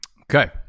Okay